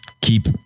Keep